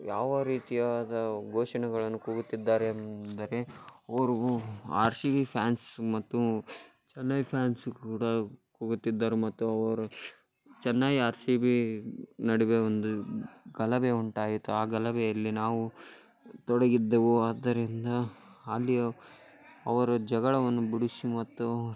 ಯಾವ ರೀತಿಯಾದ ಘೋಷಣೆಗಳನ್ನು ಕೂಗುತ್ತಿದ್ದಾರೆ ಎಂದರೆ ಅವರು ಆರ್ ಶಿ ಬಿ ಫ್ಯಾನ್ಸ್ ಮತ್ತು ಚೆನ್ನೈ ಫ್ಯಾನ್ಸು ಕೂಡ ಕೂಗುತ್ತಿದ್ದರು ಮತ್ತು ಅವರು ಚೆನ್ನೈ ಆರ್ ಸಿ ಬಿ ನಡುವೆ ಒಂದು ಗಲಭೆ ಉಂಟಾಯಿತು ಆ ಗಲಭೆಯಲ್ಲಿ ನಾವೂ ತೊಡಗಿದ್ದೆವು ಆದ್ದರಿಂದ ಅಲ್ಲಿಯ ಅವರ ಜಗಳವನ್ನು ಬಿಡಿಸಿ ಮತ್ತು